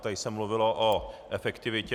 Tady se mluvilo o efektivitě.